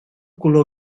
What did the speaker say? color